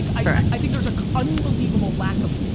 i think there's an unbelievable lack of